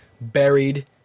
buried